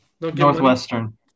Northwestern